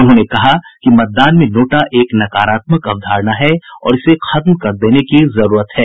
उन्होंने कहा कि मतदान में नोटा एक नकारात्मक अवधारणा है और इसे खत्म कर देने की जरूरत है